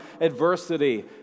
adversity